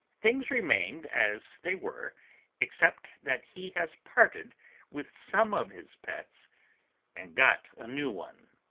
things remain as they were except that he has parted with some of his pets and got a new one.